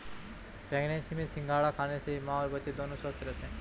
pregnancy में सिंघाड़ा खाने से मां और बच्चा दोनों स्वस्थ रहते है